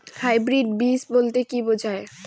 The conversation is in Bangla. হাইব্রিড বীজ বলতে কী বোঝায়?